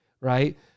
right